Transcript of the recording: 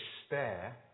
despair